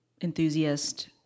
enthusiast